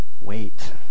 Wait